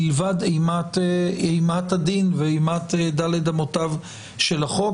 מלבד אימת הדין ואימת ד' אמותיו של החוק.